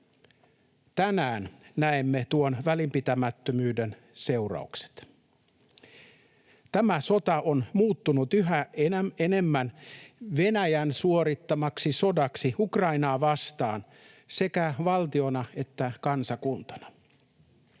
Tänään näemme tuon välinpitämättömyyden seuraukset. Tämä sota on muuttunut yhä enemmän Venäjän suorittamaksi sodaksi Ukrainaa vastaan sekä valtiona että kansakuntana.